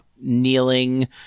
kneeling